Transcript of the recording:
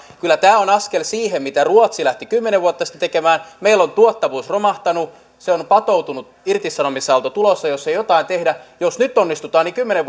kyllä tämä on askel siihen mitä ruotsi lähti kymmenen vuotta sitten tekemään meillä on tuottavuus romahtanut se on patoutunut irtisanomisaalto on tulossa jos ei jotain tehdä jos nyt onnistutaan niin kymmenen